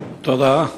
תודה.